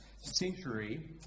century